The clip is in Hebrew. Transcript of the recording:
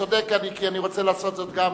צודק, כי אני רוצה לעשות זאת גם,